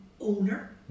owner